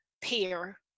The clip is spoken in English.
peer